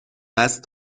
قصد